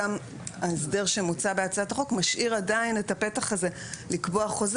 וההסדר שמוצע בהצעת החוק משאיר עדיין את הפתח הזה לקבוע חוזה